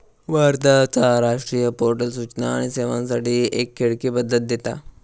भारताचा राष्ट्रीय पोर्टल सूचना आणि सेवांसाठी एक खिडकी पद्धत देता